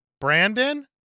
Brandon